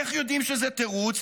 איך יודעים שזה תירוץ?